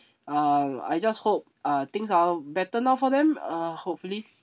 uh I just hope uh things are better now for them uh hopefully